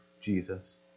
Jesus